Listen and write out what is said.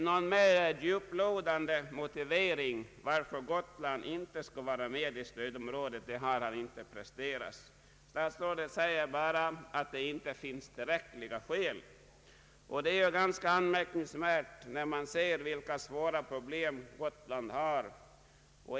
Någon mer djuplodande motivering för att Gotland inte skall vara med i stödområdet har statsrådet inte presterat. Han säger bara att det inte finns tillräckliga skäl. Det är ganska anmärkningsvärt när man betänker vilka svåra problem Gotland har.